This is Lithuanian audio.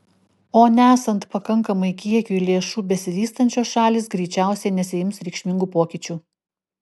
o nesant pakankamam kiekiui lėšų besivystančios šalys greičiausiai nesiims reikšmingų pokyčių